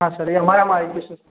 હા સર એ અમારામાં આવી જશે